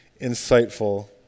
insightful